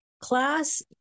class